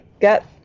Get